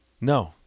No